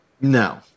No